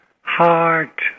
heart